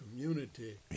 community